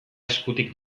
eskutik